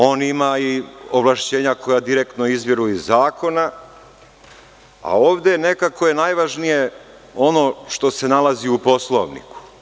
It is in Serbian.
On ima i ovlašćenja koja direktno izviru iz zakona, a ovde je nekako najvažnije ono što se nalazi u Poslovniku.